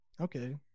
Okay